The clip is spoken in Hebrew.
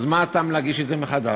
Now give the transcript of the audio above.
אז מה הטעם להגיש את זה מחדש?